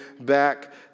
back